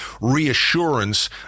reassurance